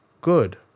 good